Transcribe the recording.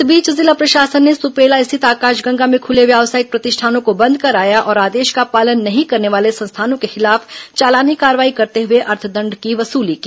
इस बीच जिला प्रशासन ने सुपेला स्थित आकाशगंगा में खुले व्यवसायिक प्रतिष्ठानों को बंद कराया और आदेश का पालन नहीं करने वाले संस्थानों के खिलाफ चालानी कार्रवाई करते हुए अर्थदण्ड की वूसली की